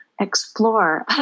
explore